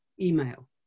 email